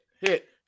hit